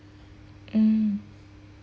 mm